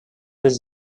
was